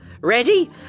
Ready